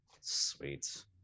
Sweet